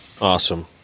Awesome